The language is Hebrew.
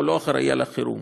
הוא לא אחראי לחירום,